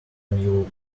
new